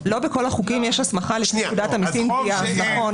לא בכל החוקים יש הסמכה לפי פקודת המיסים כי ההסמכה